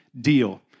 deal